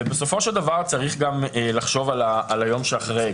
בסופו של דבר צריך גם לחשוב על היום שאחרי.